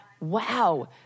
wow